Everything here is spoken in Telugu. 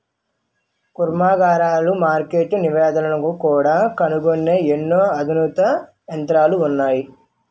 కర్మాగారాలలో మార్కెట్ నివేదికలను కూడా కనుగొనే ఎన్నో అధునాతన యంత్రాలు ఉన్నాయి